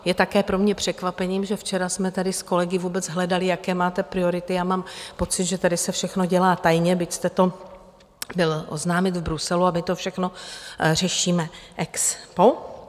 Je také pro mě překvapením, že včera jsme tady s kolegy vůbec hledali, jaké máte priority, já mám pocit, že tady se všechno dělá tajně, byť jste to byl oznámit v Bruselu, a my to všechno řešíme ex post.